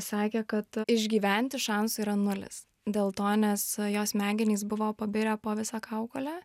sakė kad išgyventi šansų yra nulis dėl to nes jo smegenys buvo pabirę po visą kaukolę